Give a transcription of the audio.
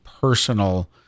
personal